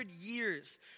years